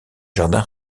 jardin